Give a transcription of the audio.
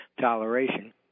toleration